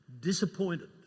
Disappointed